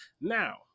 Now